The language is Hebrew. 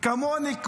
כמוני,